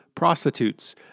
prostitutes